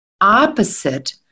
opposite